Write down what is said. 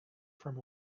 from